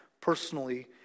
personally